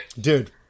Dude